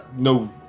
no